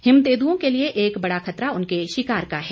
him तेंदुओं के लिए एक बड़ा खतरा उनके शिकार का है